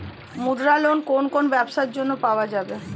মুদ্রা লোন কোন কোন ব্যবসার জন্য পাওয়া যাবে?